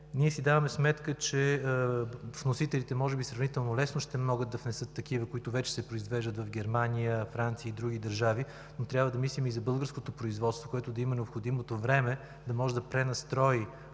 държави. Даваме си сметка, че вносителите може би сравнително лесно ще могат да внесат такива, които вече се произвеждат в Германия, Франция и други държави, но трябва да мислим и за българското производство, което да има необходимото време, за да може да пренастрои